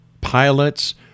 pilots